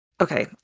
okay